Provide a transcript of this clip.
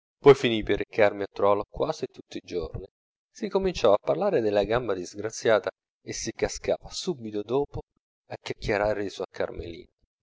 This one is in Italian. poi finii per recarmi a trovarlo quasi tutti i giorni si cominciava a parlare della gamba disgraziata e si cascava subito dopo a chiacchierare di suor carmelina